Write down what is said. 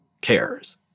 cares